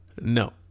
No